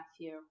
Matthew